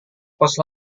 pos